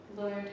Lord